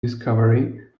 discovery